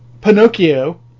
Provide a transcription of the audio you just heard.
pinocchio